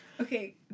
Okay